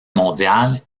mondiale